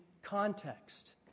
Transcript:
Context